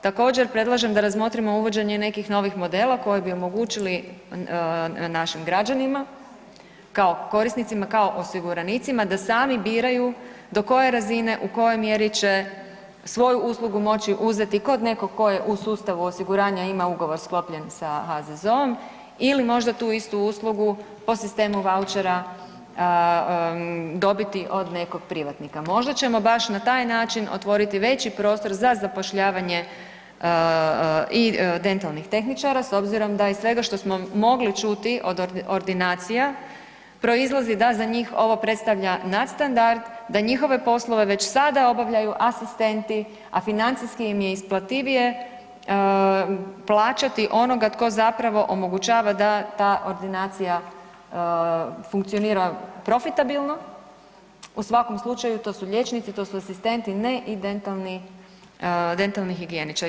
Također predlažem da razmotrimo uvođenje i nekih novih modela koji bi omogućili našim građanima kao korisnicima, kao osiguranicima da sami biraju do koje razine u kojoj mjeri će svoju uslugu moći uzeti kod nekog ko je u sustavu osiguranja imao ugovor sklopljen sa HZZO-om ili možda tu istu uslugu po sistemu vaučera dobiti od nekog privatnika, možda ćemo baš na taj način otvoriti veći prostor za zapošljavanje i dentalnih tehničara s obzirom da iz svega što smo mogli čuti od ordinacija proizlazi da za njih ovo predstavlja nadstandard, da njihove poslove već sada obavljaju asistenti, a financijski im je isplativije plaćati onoga tko zapravo omogućava da ta ordinacija funkcionira profitabilno, u svakom slučaju to su liječnici, to su asistenti, ne i dentalni, dentalni higijeničari.